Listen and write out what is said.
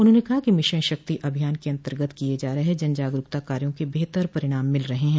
उन्होंने कहा कि मिशन शक्ति अभियान के अन्तर्गत किये जा रहे जन जागरूकता कार्यों के बेहतर परिणाम मिल रहे हैं